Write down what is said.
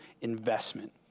investment